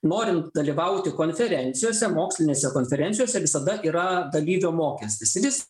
norint dalyvauti konferencijose mokslinėse konferencijose visada yra dalyvio mokestis ir jis